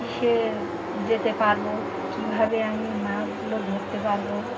কীসে যেতে পারবো কীভাবে আমি মাছগুলো ধরতে পারবো